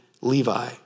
Levi